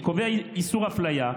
שקובע איסור אפליה,